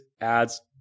adds